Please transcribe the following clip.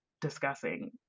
discussing